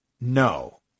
No